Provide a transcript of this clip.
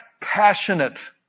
passionate